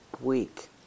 week